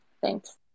Thanks